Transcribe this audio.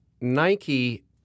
Nike